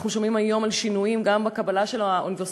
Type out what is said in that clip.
אנחנו שומעים היום על שינויים גם בקבלה לאוניברסיטאות,